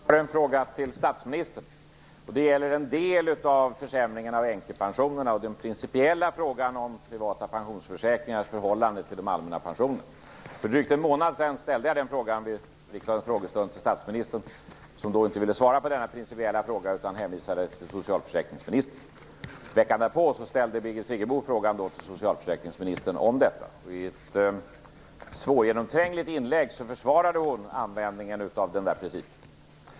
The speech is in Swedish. Fru talman! Jag har en fråga till statsministern. Den gäller en del av försämringarna av änkepensionerna och den principiella frågan om privata pensionsförsäkringars förhållande till den allmänna pensionen. För drygt en månad sedan ställde jag denna fråga till statsministern vid riksdagens frågestund. Han ville då inte svara på denna principiella fråga utan hänvisade till socialförsäkringsministern. Veckan därpå ställde Birgit Friggebo frågan till socialförsäkringsministern. I ett svårgenomträngligt inlägg försvarade ministern användningen av den där principen.